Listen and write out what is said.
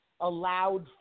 Allowed